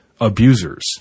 abusers